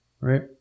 Right